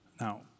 Now